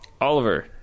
Oliver